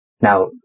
Now